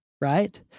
right